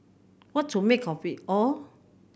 what to make of it all